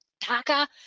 Taka